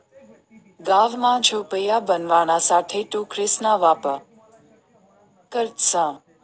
गाव मा झोपड्या बनवाणासाठे टोकरेसना वापर करतसं